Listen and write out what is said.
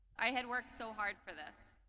i had worked so hard for this.